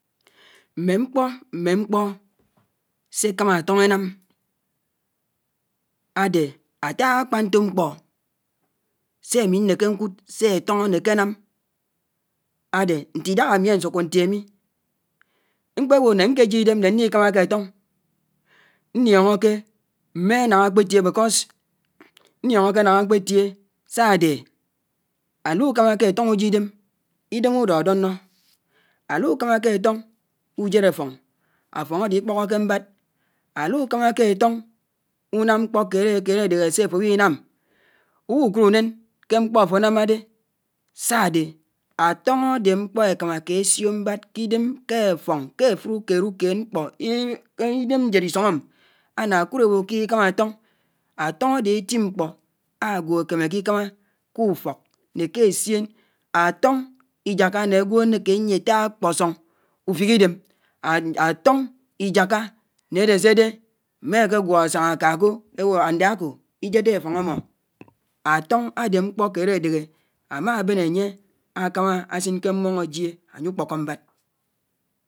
Mé mkpò, mé mkpò s'èkámá átóñ énam, ádè átá ákpá ntó mkpó se ámi mèkè nkùd sé átóñ ánèkè ánám ádè nte idághá ámi nsùkó ntié mi, mkpé bò nà nke jiè idem ná ndi kámákè átóñ ndióñóke mé nángá ákpà bè because ndióñóke nághá ákpètié sá ádè ádukámákè átóñ újíe idem, idem ùdòdònò, a lù kàmàké áfón ùjéd áffóñ, áffón ádè ikpòkóké mbád, a lú kàmákè áfóñ ùnam mkpó kèdèkèdè ádèhè sè àfò bi nam ùbùhù ukùd ùneñ ke mkpò àfò námmá di sá ádè átóñ ádè mkpò èkámókè èsió mbad ke idem ké áffóñ ke áfuó akéd ùkéd mkpò < idem njèd isong m áná kùd ábo ke ikámá átón, áfóñ ádè éti mkpò ágwò ákèmèkè ikámá k'ùfòk nè kè èssièn átóñ ijáká né ágwò ánèkè ányiè átá ákpósóñ ufik idem, átóñ ijáká nè dè sè dè mè ákègwó ásáñá áká kò ébo ándá ákò ijèdè áffón ámò. Áfóñ ádè mkpò kèd ádèhè ámá bèn ákámá ásin ké mmón ájiè ányè ùkpókó mbad.